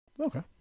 Okay